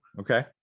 okay